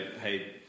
hey